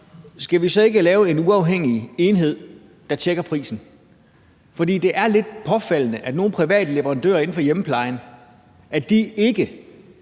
ikke vi skal lave en uafhængig enhed, der tjekker prisen. For det er lidt påfaldende, at nogle private leverandører inden for hjemmeplejen ikke